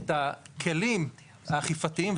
את הכלים האכיפתיים.